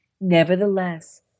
Nevertheless